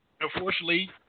Unfortunately